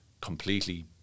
completely